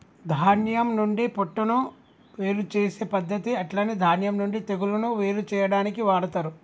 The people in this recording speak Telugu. ధాన్యం నుండి పొట్టును వేరు చేసే పద్దతి అట్లనే ధాన్యం నుండి తెగులును వేరు చేయాడానికి వాడతరు